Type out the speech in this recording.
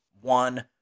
one